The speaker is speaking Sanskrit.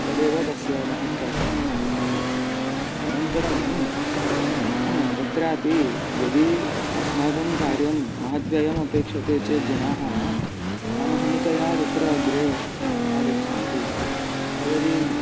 तदेव तस्य महत् काठिन्यम् आसीत् अनन्तरं तत्रापि यदि अस्माकं कार्यं महत् व्ययमपेक्षते चेत् जनाः अहम् अहमिकया तत्र अग्रे आगच्छन्ति यदि